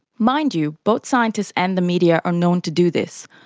mind you, both scientists and the media are known to do this,